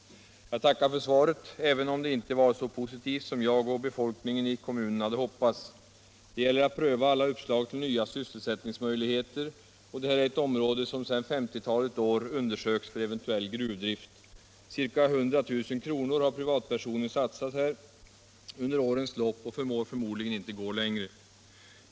Jag tackar för det lämnade svaret, även om det inte var så positivt som jag och befolkningen i kommunen hade hoppats. Det gäller att pröva alla uppslag till nya sysselsättningsmöjligheter, och det här är ett område som sedan femtiotalet år tillbaka undersökts för eventuell gruvdrift. Ca 100 000 kr. har privatpersoner lagt ned här under årens lopp, men de förmår förmodligen inte ytterligare fortsätta dessa satsningar.